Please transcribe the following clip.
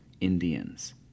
indians